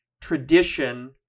tradition